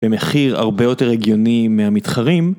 במחיר הרבה יותר הגיוני מהמתחרים.